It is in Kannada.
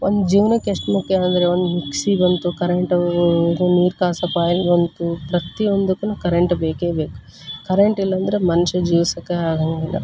ನಮ್ಮ ಜೀವ್ನಕ್ಕೆ ಎಷ್ಟು ಮುಖ್ಯ ಅಂದರೆ ಒಂದು ಮಿಕ್ಸಿಗಂತೂ ಕರೆಂಟು ಒಂದು ನೀರು ಕಾಸೋ ಕಾಯ್ಲಿಗಂತೂ ಪ್ರತಿಯೊಂದಕ್ಕೂನು ಕರೆಂಟ್ ಬೇಕೇ ಬೇಕು ಕರೆಂಟಿಲ್ಲ ಅಂದರೆ ಮನುಷ್ಯ ಜೀವಿಸೋಕೆ ಆಗಂಗಿಲ್ಲ